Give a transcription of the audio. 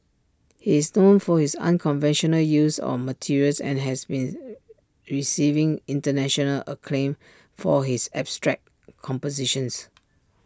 he is known for his unconventional use of materials and has been receiving International acclaim for his abstract compositions